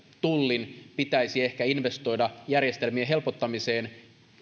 tullin pitäisi ehkä investoida järjestelmien helpottamiseen